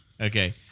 okay